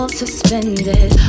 suspended